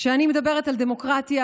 כשאני מדברת על דמוקרטיה,